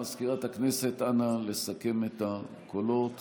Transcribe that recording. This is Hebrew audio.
מזכירת הכנסת, אנא, לסכם את הקולות